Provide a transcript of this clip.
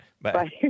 Bye